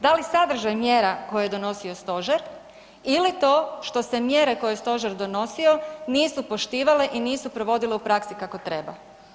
Da li sadržaj mjera koje je donosio stožer ili to što se mjere koje je stožer donosio nisu poštivale i nisu provodile u praksi kako treba?